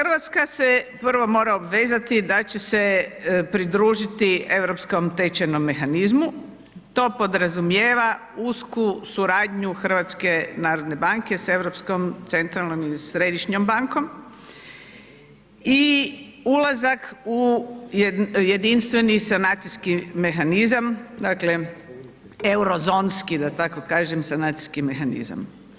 RH se prvo mora obvezati da će se pridružiti Europskom tečajnom mehanizmu, to podrazumijeva usku suradnju HNB-a sa Europskom centralnom ili središnjom bankom i ulazak u jedinstveni sanacijski mehanizam, dakle Eurozonski, da tako kažem, sanacijski mehanizam.